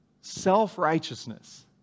Self-righteousness